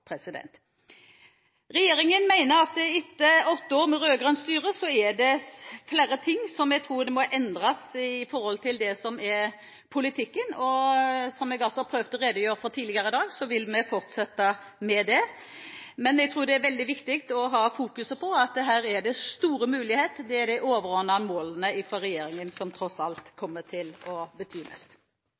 dag? Regjeringen mener at det etter åtte år med rød-grønt styre er flere ting som må endres i politikken. Som jeg også har prøvd å redegjøre for tidligere i dag, vil vi fortsette med det, men jeg tror det er veldig viktig å fokusere på at det her er store muligheter. Det er de overordnete målene til regjeringen som tross alt kommer til å bety mest.